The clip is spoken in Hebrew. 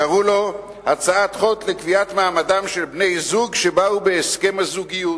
קראו לה הצעת חוק לקביעת מעמדם של בני-זוג שבאו בהסכם הזוגיות.